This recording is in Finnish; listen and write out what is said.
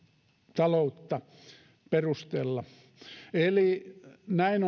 taloutta perustella eli näin